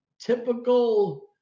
typical